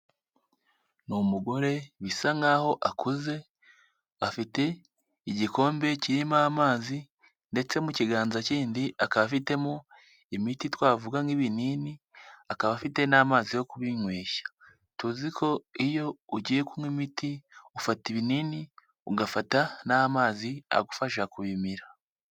Ni umugore bisa nk'aho akuze afite igikombe kirimo amazi ndetse mu kiganza kindi akaba afitemo imiti twavuga nk'ibinini, akaba afite n'amazi yo kubinyweshya tuzi ko iyo ugiye kunywa imiti ufata ibinini ugafata n'amazi agufasha kubimira.